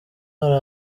hari